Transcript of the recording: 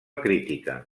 crítica